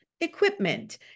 equipment